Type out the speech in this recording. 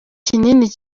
kinini